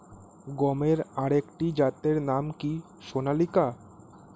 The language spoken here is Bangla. গমের আরেকটি জাতের নাম কি সোনালিকা?